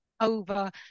over